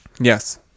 Yes